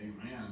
Amen